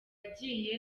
agiye